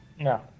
No